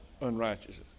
unrighteousness